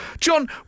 John